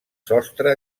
sostre